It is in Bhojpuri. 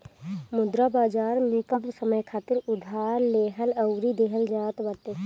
मुद्रा बाजार में कम समय खातिर उधार लेहल अउरी देहल जात बाटे